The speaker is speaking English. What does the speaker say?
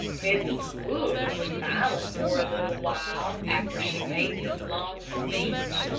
mrs. wood was silent for a little while after she made this long speech,